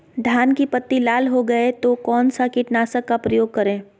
धान की पत्ती लाल हो गए तो कौन सा कीटनाशक का प्रयोग करें?